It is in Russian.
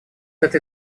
этой